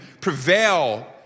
prevail